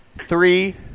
Three